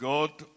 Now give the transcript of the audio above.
God